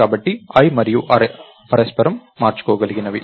కాబట్టి i మరియు array పరస్పరం మార్చుకోగలిగినవి